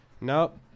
Nope